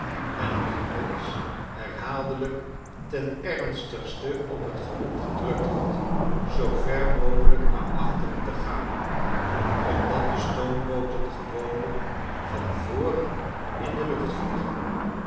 en men ons herhaaldelijk ten ernstigste op t gemoed gedrukt had zoo ver mogelijk naar achteren te gaan omdat de stoombooten gewoonlijk van voren in de lucht vliegen